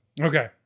Okay